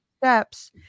steps